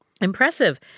Impressive